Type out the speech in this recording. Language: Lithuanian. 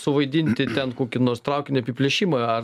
suvaidinti ten kokį nors traukinio apiplėšimą ar